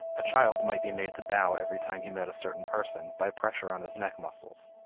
a child might be made to bow every time he met a certain person by pressure on his neck muscles,